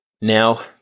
Now